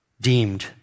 deemed